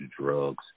drugs